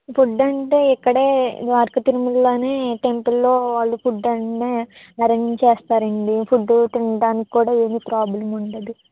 food అంటే ఇక్కడే ద్వారక తిరుమలలోనే టెంపుల్లో వాళ్ళు ఫుడ్ అంటే అరేంజ్ చేస్తారండి ఫుడ్డు తినడానికి కూడా ఏమీ ప్రోబ్లం ఉండదు